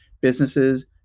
businesses